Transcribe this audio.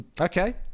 Okay